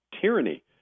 tyranny